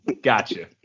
Gotcha